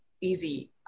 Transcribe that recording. easy